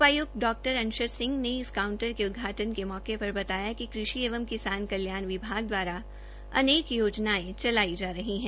आयुक्त डॉ अंशज सिंह ने इस कांउटर के उदघाटन के मौके पर बताया कि कृषि एवं किसान कल्याण विभाग द्वारा अनेक योजनायें चलाई जा रही है